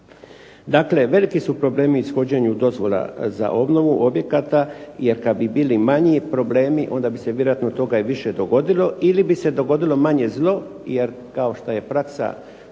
Dakle veliki su problemi u ishođenju dozvola za obnovu objekata, jer kad bi bili manji problemi onda bi se vjerojatno toga i više dogodilo, ili bi se dogodilo manje zlo, jer kao što je praksa